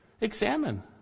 examine